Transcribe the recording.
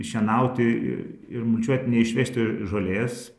šienauti i ir mulčiuot neišvežti žolės